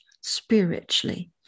spiritually